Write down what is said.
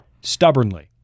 stubbornly